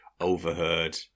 overheard